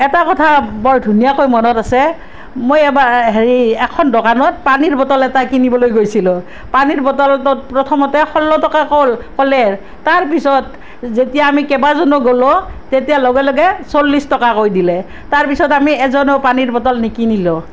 এটা কথা বৰ ধুনীয়াকৈ মনত আছে মই এবাৰ হেৰি এখন দোকানত পানী বটল এটা কিনিবলৈ গৈছিলোঁ পানীৰ বটলটোত প্ৰথমতে ষোল্ল এটা ক'ল ক'লে তাৰ পিছত যেতিয়া আমি কেইবাজনো গ'লোঁ তেতিয়া লগে লগে চল্লিছ টকা কৈ দিলে তাৰ পিছত আমি এজনেও পানী বটল নিকিনিলোঁ